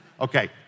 Okay